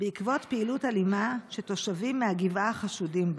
בעקבות פעילות אלימה שתושבים מהגבעה חשודים בה.